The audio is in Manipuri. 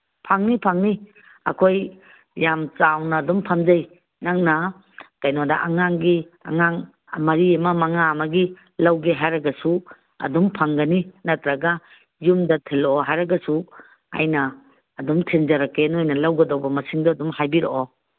ꯐꯪꯅꯤ ꯐꯪꯅꯤ ꯑꯩꯈꯣꯏ ꯌꯥꯝ ꯆꯥꯎꯅ ꯑꯗꯨꯝ ꯐꯝꯖꯩ ꯅꯪꯅ ꯀꯩꯅꯣꯗ ꯑꯉꯥꯡꯒꯤ ꯑꯉꯥꯡ ꯃꯔꯤ ꯑꯃ ꯃꯉꯥ ꯑꯃꯒꯤ ꯂꯧꯒꯦ ꯍꯥꯏꯔꯒꯁꯨ ꯑꯗꯨꯝ ꯐꯪꯒꯅꯤ ꯅꯠꯇ꯭ꯔꯒ ꯌꯨꯝꯗ ꯊꯤꯜꯂꯛꯑꯣ ꯍꯥꯏꯔꯒꯁꯨ ꯑꯩꯅ ꯑꯗꯨꯝ ꯊꯤꯟꯖꯔꯛꯀꯦ ꯅꯣꯏꯅ ꯂꯧꯖꯗꯕ ꯃꯁꯤꯡꯗꯣ ꯑꯗꯨꯝ ꯍꯥꯏꯕꯤꯔꯛꯑꯣ